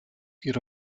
ihre